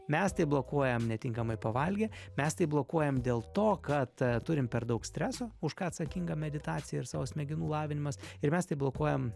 mes tai blokuojam netinkamai pavalgę mes tai blokuojam dėl to kad turim per daug streso už ką atsakinga meditacija ir savo smegenų lavinimas ir mes tai blokuojam